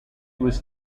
was